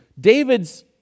David's